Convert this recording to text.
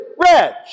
Red